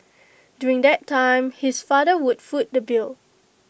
during that time his father would foot the bill